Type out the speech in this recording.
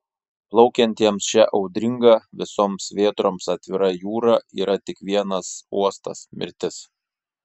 plaukiantiems šia audringa visoms vėtroms atvira jūra yra tik vienas uostas mirtis